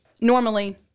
normally